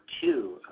two